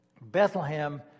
Bethlehem